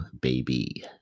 baby